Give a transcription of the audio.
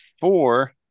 four